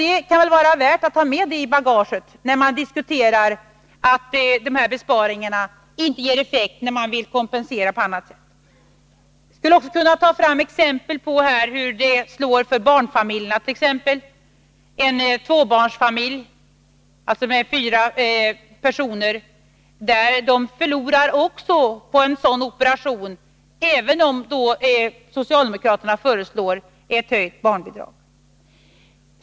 Det kan vara värt att ta med detta i bagaget när man diskuterar att de här besparingarna inte ger effekt när man vill kompensera på annat sätt. Jag skulle också kunna ta fram exempel på hur det slår för barnfamiljerna. En tvåbarnsfamilj — med fyra personer — förlorar också på en sådan här operation, även om socialdemokraterna föreslår ett höjt barnbidrag.